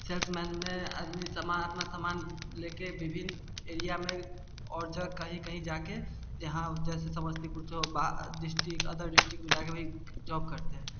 salesman में आदमी समा अपना सामान लेके विभिन्न एरिया में और जो कहीं कहीं जाके यहाँ जैसे समस्तीपुर चौपा डिस्ट्रिक अदर डिस्ट्रिक में जा कर वहीं जॉब करते हैं